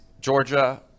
Georgia